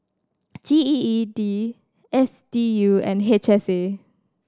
G E E D S D U and H S A